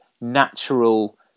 natural